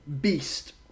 Beast